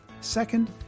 second